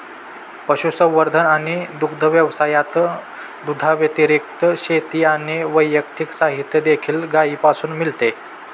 पशुसंवर्धन आणि दुग्ध व्यवसायात, दुधाव्यतिरिक्त, शेती आणि वैद्यकीय साहित्य देखील गायीपासून मिळते